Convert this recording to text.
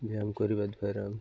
ବ୍ୟାୟାମ କରିବା ଦ୍ଵାରା